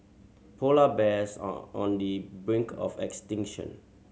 polar bears are on the brink of extinction